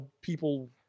people